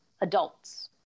adults